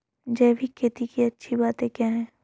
जैविक खेती की अच्छी बातें क्या हैं?